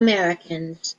americans